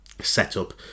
setup